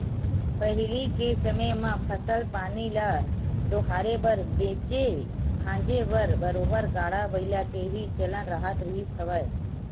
पहिली के समे म फसल पानी ल डोहारे बर बेंचे भांजे बर बरोबर गाड़ा बइला के ही चलन राहत रिहिस हवय